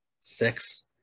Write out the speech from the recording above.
Six